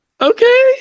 Okay